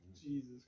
Jesus